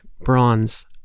bronze